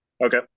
Okay